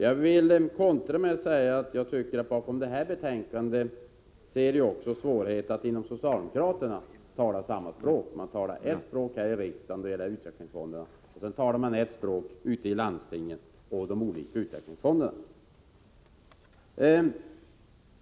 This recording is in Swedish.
Jag vill som svar säga att jag tycker att man bakom det här betänkandet kan skönja svårigheter bland socialdemokraterna. De talar ett språk här i riksdagen när det gäller utvecklingsfonderna, men de talar ett annat ute i landstingen och i de olika utvecklingsfonderna.